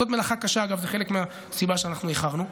זאת מלאכה קשה, אגב, זה חלק מהסיבה שאנחנו איחרנו,